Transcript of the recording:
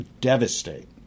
devastate